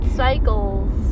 cycles